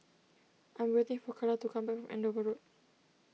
I'm waiting for Kala to come back from Andover Road